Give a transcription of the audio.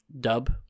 dub